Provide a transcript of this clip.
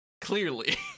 clearly